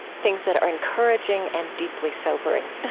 things that are encouraging and deeply sobering.